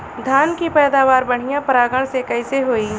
धान की पैदावार बढ़िया परागण से कईसे होई?